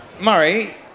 Murray